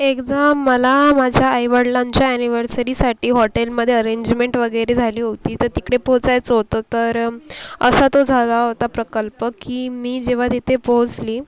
एकदा मला माझ्या आईवडिलांच्या अॅनिव्हर्सरीसाठी हॉटेलमध्ये अरेंजमेंट वगैरे झाली होती तर तिकडे पोचायचं होतं तर असा तो झाला होता प्रकल्प की मी जेव्हा तिथे पोसली